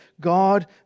God